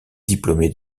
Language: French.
diplômé